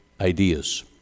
ideas